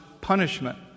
punishment